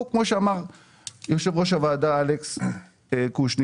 כמו שאמר יושב-ראש הוועדה אלכס קושניר,